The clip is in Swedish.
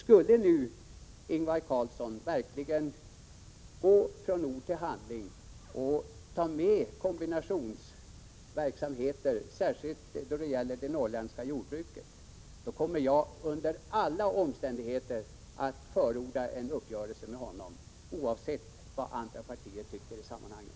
Skulle Ingvar Carlsson verkligen gå från ord till handling och ta med kombinationsverksamheter, särskilt när det gäller det norrländska jordbruket, kommer jag under alla omständigheter att förorda en uppgörelse med honom, oavsett vad andra partier tycker i sammanhanget.